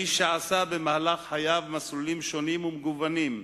האיש שעשה במהלך חייו מסלולים שונים ומגוונים,